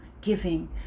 giving